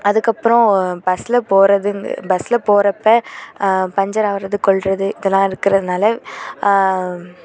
அதுக்கப்புறம் பஸ்ஸில் போறதுங்கிற பஸ்ஸில் போகிறப்ப பஞ்சர் ஆகிறது கொள்கிறது இதல்லாம் இருக்கிறதுனால